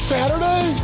Saturday